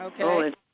Okay